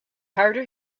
harder